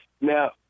Now